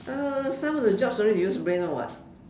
uh some of the jobs don't need use brain [one] [what]